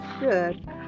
Good